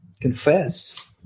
confess